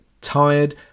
tired